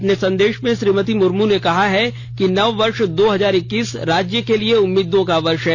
अपने संदेश में श्रीमती मुर्मू ने कहा है कि नववर्ष दो हजार इक्कीस राज्य के लिए उम्मीदों का वर्ष है